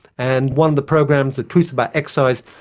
and one of the programs, the truth about exercise,